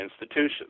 institutions